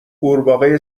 غورباغه